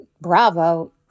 Bravo